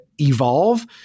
evolve